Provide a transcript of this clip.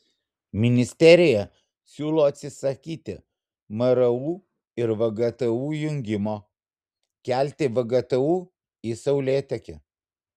ministerija siūlo atsisakyti mru ir vgtu jungimo kelti vgtu į saulėtekį